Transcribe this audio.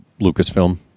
Lucasfilm